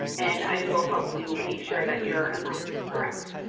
and i will help you make sure that your amount is correct.